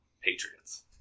Patriots